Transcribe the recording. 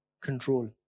control